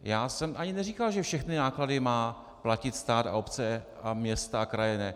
Já jsem ani neříkal, že všechny náklady má platit stát a obce, města a kraje ne.